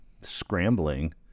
scrambling